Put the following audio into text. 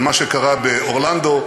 מה שקרה באורלנדו,